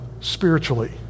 spiritually